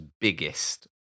biggest